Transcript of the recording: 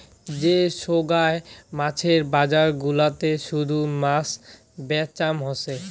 যে সোগায় মাছের বজার গুলাতে শুধু মাছ বেচাম হসে